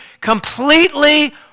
completely